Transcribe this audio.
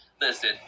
Listen